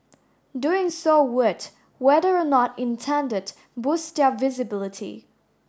doing so would whether or not intended boost their visibility